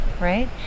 right